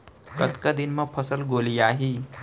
कतका दिन म फसल गोलियाही?